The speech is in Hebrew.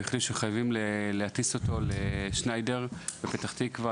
החליטו שחייבים להטיס אותו לשניידר בפתח תקווה,